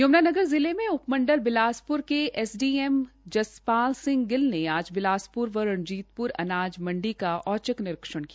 यम्नानगर जिले में उप मंडल बिलासप्र के S D M Jaspal Singh Gill ने आज बिलासप्र व रणजीतप्र अनाज मंडी का औचक निरीक्षण किया